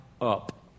up